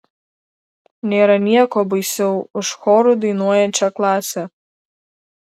nėra nieko baisiau už choru dainuojančią klasę